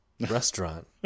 restaurant